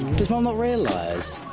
does mum not realize?